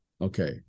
okay